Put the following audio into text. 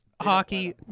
hockey